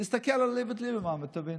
תסתכל על איווט ליברמן ותבין.